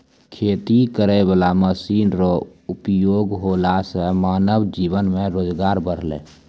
खेती करै वाला मशीन रो उपयोग होला से मानब जीवन मे रोजगार बड़लै